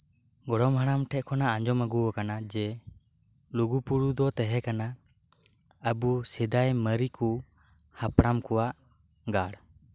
ᱜᱚᱲᱚᱢ ᱦᱟᱲᱟᱢ ᱴᱷᱮᱱ ᱠᱷᱚᱱᱟᱜ ᱟᱸᱡᱚᱢ ᱟᱹᱜᱩ ᱟᱠᱟᱱᱟ ᱡᱮ ᱞᱩᱜᱩᱵᱩᱨᱩ ᱫᱚ ᱛᱟᱦᱮᱸ ᱠᱟᱱᱟ ᱟᱵᱚ ᱥᱮᱫᱟᱭ ᱢᱟᱨᱮ ᱠᱚ ᱦᱟᱯᱲᱟᱢ ᱠᱚᱣᱟᱜ ᱜᱟᱲ